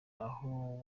aho